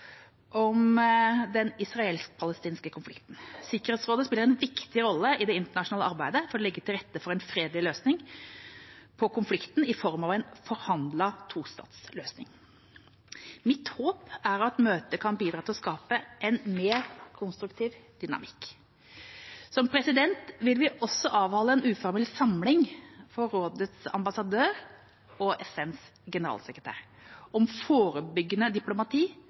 om den israelsk-palestinske konflikten. Sikkerhetsrådet spiller en viktig rolle i det internasjonale arbeidet for å legge til rette for en fredelig løsning på konflikten i form av en forhandlet tostatsløsning. Mitt håp er at møtet kan bidra til å skape en mer konstruktiv dynamikk. Som president vil vi også avholde en uformell samling for rådets ambassadører og FNs generalsekretær om forebyggende diplomati